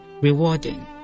rewarding